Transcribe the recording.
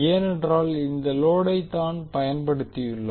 ஏனென்றால் இந்த லோடை தான் பயன்படுத்தியுள்ளோம்